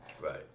Right